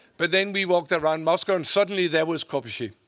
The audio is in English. but then we walked around moscow, and suddenly, there was corbusier.